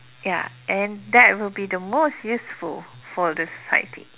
ya and that will be the most useful for the society